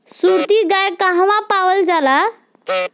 सुरती गाय कहवा पावल जाला?